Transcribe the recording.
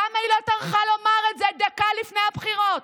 למה היא לא טרחה לומר את זה דקה לפני הבחירות?